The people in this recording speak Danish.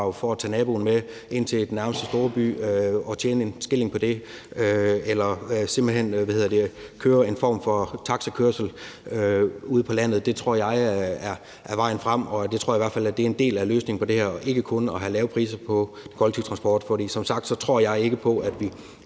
for at tage naboen med ind til den nærmeste storby og tjene en skilling på det eller simpelt hen køre en form for taxakørsel ude på landet. Det tror jeg er vejen frem, og jeg tror i hvert fald, at det er en del af løsningen på det her og ikke kun at have lave priser på kollektiv transport, for som sagt tror jeg ikke på, at vi